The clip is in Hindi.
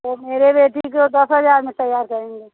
तो मेरे बेटी को दस हज़ार में तैयार करेंगे